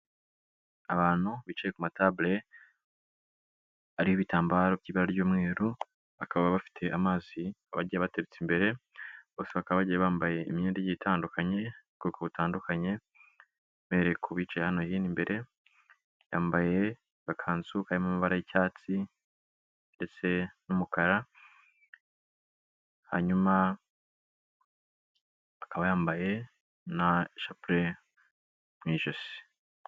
Abantu bicaye ku matabure ariho ibitambaro by'ibara ry'umweru, bakaba bafite amazi bagiye bateretse imbere, bose bakaba bagiye bambaye imyenda itandukanye, ubwoko butandukanye. Mpereye ku bicaye hano hino mbere, yambaye agakanzu karimo amabara y'icyatsi ndetse n'umukara, hanyuma akaba yambaye n'ishapure mu ijosi.